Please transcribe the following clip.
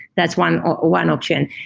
that's one one option.